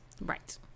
Right